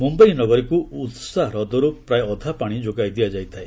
ମୁମ୍ୟାଇ ନଗରୀକୁ ଭତ୍ସା ହ୍ରଦରୁ ପ୍ରାୟ ଅଧା ପାଣି ଯୋଗାଇ ଦିଆଯାଇଥାଏ